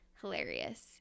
hilarious